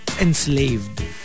enslaved